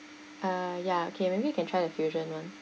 ah ya okay maybe we can try the fusion [one]